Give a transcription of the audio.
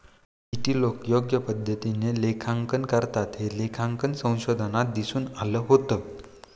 किती लोकं योग्य पद्धतीने लेखांकन करतात, हे लेखांकन संशोधनात दिसून आलं होतं